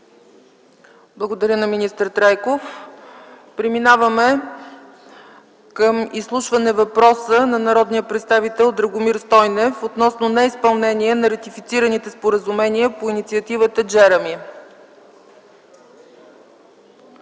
Благодаря на министър Трайков. Преминаваме към изслушване въпроса на народния представител Драгомир Стойнев относно неизпълнение на ратифицираните споразумения по инициативата „Джеръми”.